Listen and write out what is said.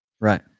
Right